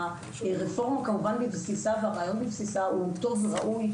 הרפורמה בבסיסה והרעיון בבסיסו הוא טוב וראוי,